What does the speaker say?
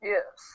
Yes